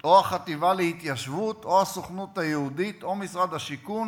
או החטיבה להתיישבות או הסוכנות היהודית או משרד השיכון